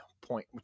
point